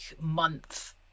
month